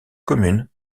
commune